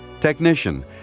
Technician